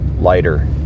lighter